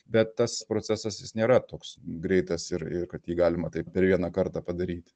bet tas procesas jis nėra toks greitas ir ir kad jį galima taip per vieną kartą padaryti